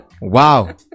Wow